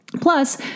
Plus